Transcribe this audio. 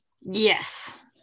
yes